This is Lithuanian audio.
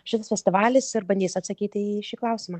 šitas festivalis ir bandys atsakyti į šį klausimą